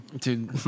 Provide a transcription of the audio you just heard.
Dude